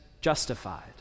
justified